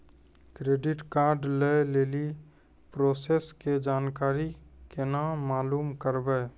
Credit card लय लेली process के जानकारी केना मालूम करबै?